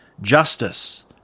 Justice